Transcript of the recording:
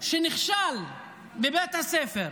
שנכשל בבית הספר.